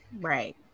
right